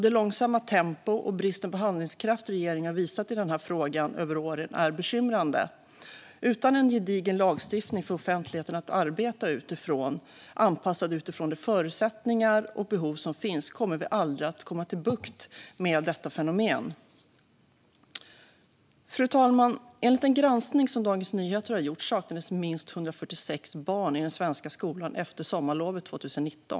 Det långsamma tempo och den brist på handlingskraft regeringen har visat i denna fråga över åren är bekymrande. Utan en gedigen lagstiftning för offentligheten att arbeta utifrån, anpassad till de förutsättningar och behov som finns, kommer vi aldrig att få bukt med detta fenomen. Fru talman! Enligt en granskning som Dagens Nyheter har gjort saknades minst 146 barn i den svenska skolan efter sommarlovet 2019.